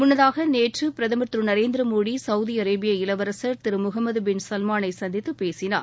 முன்னதாக நேற்று பிரதமர் திரு நரேந்திர மோடி சவுதி அரேபிய இளவரசர் திரு முகமது பின் சல்மானை சந்தித்துப் பேசினார்